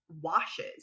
washes